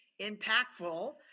impactful